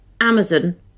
Amazon